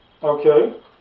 okay